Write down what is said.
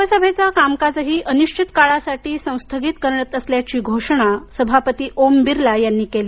लोकसभेचं कामकाजही अनिश्चित काळासाठी संस्थगित करत असल्याची घोषणा सभापती ओम बिर्ला यांनी केली